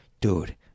dude